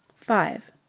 five